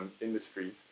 Industries